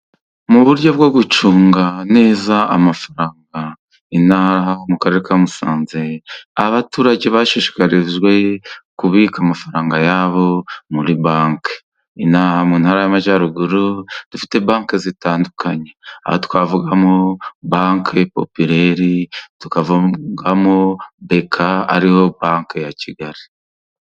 Mu buryo bwo gucunga neza amafaranga, inaha mu Karere ka Musanze abaturage bashishikarijwe kubika amafaranga yabo muri banki. Inaha mu ntara y'Amajyaruguru dufite banki zitandukanye, aho twavugamo banki Popireri, tukavugamo Beka, ariyo banki ya Kigali.